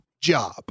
job